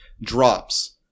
drops